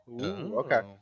Okay